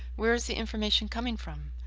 where is the information coming from?